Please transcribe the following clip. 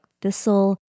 thistle